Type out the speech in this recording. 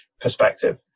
perspective